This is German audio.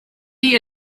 die